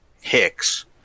hicks